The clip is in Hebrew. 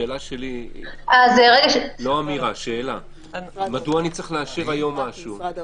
השאלה שלי היא מדוע אנחנו צריכים לאשר משהו היום?